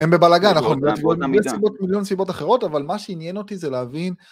הם בבלגן, אחרות סיבות, מיליון סיבות אחרות, אבל מה שעניין אותי זה להבין...